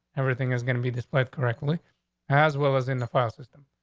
everything is going to be displayed correctly as well as in the file system.